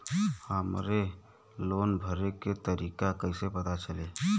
हमरे लोन भरे के तारीख कईसे पता चली?